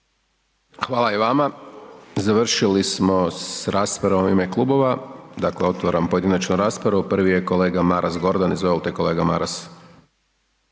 Hvala i vama. Završili smo sa raspravama u ime klubova. Dakle otvaram pojedinačnu raspravu, prvi je kolega Maras Gordan. Izvolite kolega Maras.